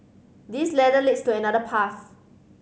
this ladder leads to another path